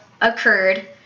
occurred